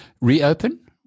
Reopen